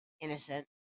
innocent